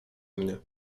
mnie